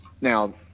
Now